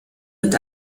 mit